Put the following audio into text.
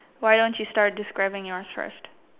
why don't you start describing your's first